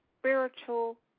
spiritual